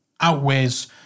outweighs